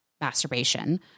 masturbation